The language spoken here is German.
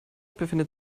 befindet